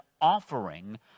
offering